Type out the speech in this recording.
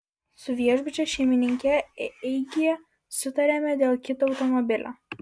su viešbučio šeimininke eigyje sutarėme dėl kito automobilio